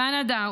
קנדה,